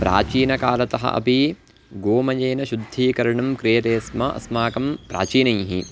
प्राचीनकालतः अपि गोमयेन शुद्धीकरणं क्रियते स्म अस्माकं प्राचीनैः